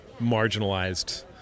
marginalized